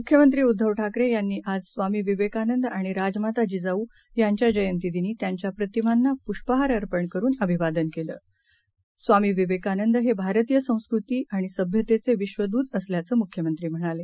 मुख्यमंत्रीउद्धवठाकरेयांनीआजस्वामीविवेकानंदआणिराजमाताजिजाऊयांच्याजयंतीदिनीत्यांच्याप्रतिमांनापुष्पहारअर्पणकरूनअ स्वामीविवेकानंदहेभारतीयसंस्कृतीआणिसभ्यतेचेविश्वदूतअसल्याचंमुख्यमंत्रीम्हणाले